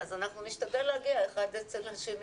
אז אנחנו נשתדל להגיע אחד אצל השני.